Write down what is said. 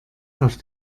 auf